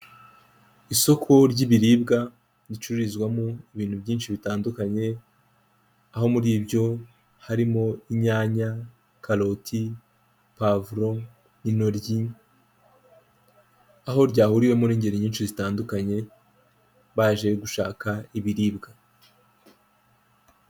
Isoko ry'ibiribwa ricururizwamo ibintu byinshi bitandukanye. aho muri byo harimo inyanya, karoti, pavuro, inoryi aho ryahuriwemo n'ingeri nyinshi zitandukanye baje gushaka ibiribwa.